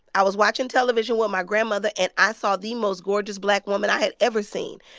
i was watching television with my grandmother, and i saw the most gorgeous black woman i had ever seen.